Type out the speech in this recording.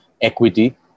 Equity